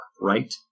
Right